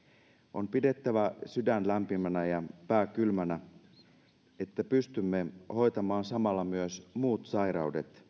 on pidettävä sydän lämpimänä ja pää kylmänä että pystymme hoitamaan samalla myös muut sairaudet